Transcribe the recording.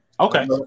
Okay